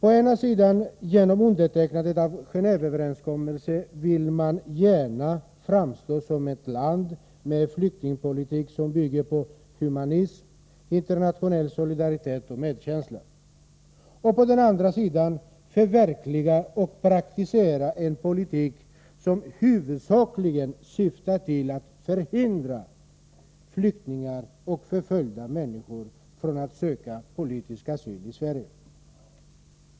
Å ena sidan vill man genom undertecknandet av Gendveöverenskommelsen gärna framstå som ett land med en flyktingpolitik som bygger på humanism, internationell solidaritet och medkänsla, å andra sidan förverkligar och praktiserar man en politik som huvudsakligen syftar till att förhindra flyktingar och förföljda människor från att söka politisk asyl i Sverige.